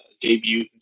debut